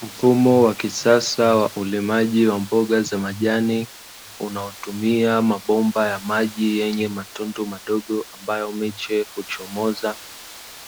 Mfumo wa kisasa wa ulimaji wa mboga za majani, unaotumia mabomba ya maji yenye matundu madogo ambayo miche huchomoza,